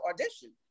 audition